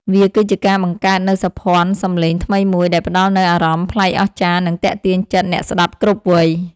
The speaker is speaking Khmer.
វាគឺជាការបង្កើតនូវសោភ័ណសំឡេងថ្មីមួយ ដែលផ្ដល់នូវអារម្មណ៍ប្លែកអស្ចារ្យ និងទាក់ទាញចិត្តអ្នកស្ដាប់គ្រប់វ័យ។